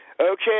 Okay